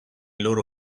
loro